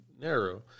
narrow